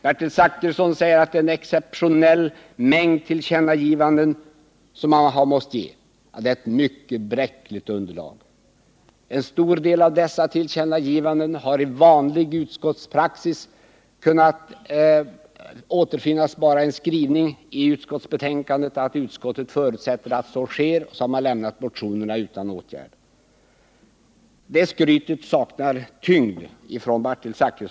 Bertil Zachrisson säger att utskottet måst föreslå en exceptionellt stor mängd tillkännagivanden. Detta har ett mycket bräckligt underlag. En stor del av dessa tillkännagivanden hade enligt vanlig utskottspraxis kunnat återfinnas i en skrivning i betänkandet om att utskottet förutsätter att så sker, och därmed hade man kunnat lämna motionerna utan åtgärd. Bertil Zachrissons skryt på den punkten saknar tyngd.